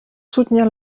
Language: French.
soutenir